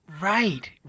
Right